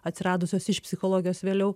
atsiradusios iš psichologijos vėliau